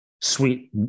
sweet